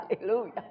Hallelujah